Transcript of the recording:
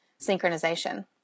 synchronization